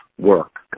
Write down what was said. work